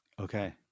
Okay